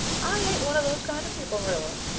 i ain't one of those kind of people, marilla,